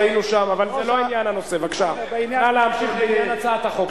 נא להמשיך, חבר הכנסת מולה,